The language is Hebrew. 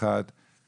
הצבעה אושרה.